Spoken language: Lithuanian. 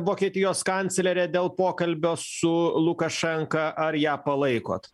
vokietijos kanclerę dėl pokalbio su lukašenka ar ją palaikot